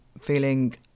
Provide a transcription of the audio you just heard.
feeling